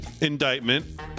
indictment